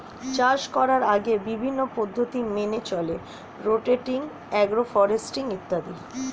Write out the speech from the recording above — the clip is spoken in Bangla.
চাষ করার আগে বিভিন্ন পদ্ধতি মেনে চলে রোটেটিং, অ্যাগ্রো ফরেস্ট্রি ইত্যাদি